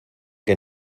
que